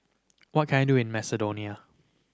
what can I do in Macedonia